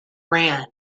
ran